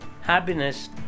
happiness